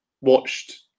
watched